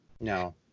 No